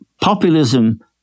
populism